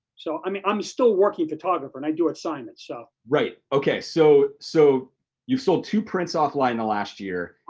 so i mean i'm a still working photographer and i do assignments, so. right, okay. so so you've sold two prints offline in the last year,